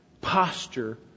posture